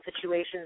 situations